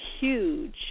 huge